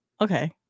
okay